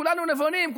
כולנו נבונים,